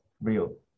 real